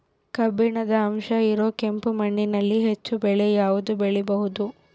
ಕಬ್ಬಿಣದ ಅಂಶ ಇರೋ ಕೆಂಪು ಮಣ್ಣಿನಲ್ಲಿ ಹೆಚ್ಚು ಬೆಳೆ ಯಾವುದು ಬೆಳಿಬೋದು?